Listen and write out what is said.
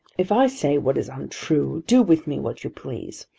if i say what is untrue, do with me what you please.